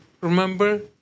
remember